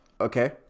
Okay